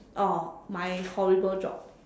oh my horrible job